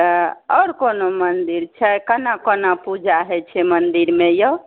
आओर कोनो मन्दिर छै कोना कोना पूजा होइ छै मन्दिरमे औ